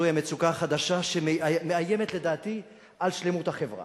זוהי המצוקה החדשה שמאיימת לדעתי על שלמות החברה.